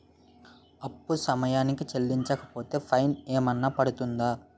అప్పు సమయానికి చెల్లించకపోతే ఫైన్ ఏమైనా పడ్తుంద?